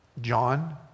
John